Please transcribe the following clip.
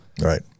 right